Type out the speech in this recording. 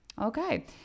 Okay